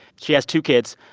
she has two kids.